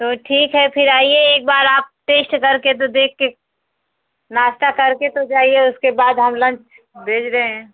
तो ठीक है फिर आइए एक बार आप टेस्ट करके तो देख के नास्ता करके तो जाइए उसके बाद हम लंच भेज रहे हैं